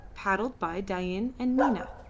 paddled by dain and nina.